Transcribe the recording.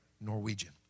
Norwegian